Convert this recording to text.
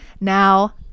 Now